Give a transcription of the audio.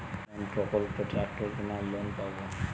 কোন প্রকল্পে ট্রাকটার কেনার লোন পাব?